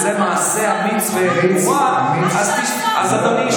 בוא, תחשוף,